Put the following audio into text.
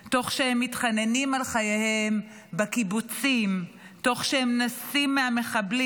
תוך שהם מתחננים על חייהם בקיבוצים תוך שהם נסים מהמחבלים,